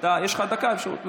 יש לך דקה אפשרות.